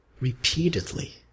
repeatedly